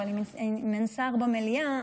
אבל אם אין שר במליאה,